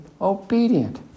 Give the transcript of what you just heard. obedient